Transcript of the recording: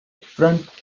front